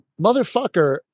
motherfucker